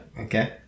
Okay